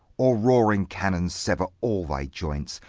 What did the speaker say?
or roaring cannons sever all thy joints,